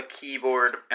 keyboard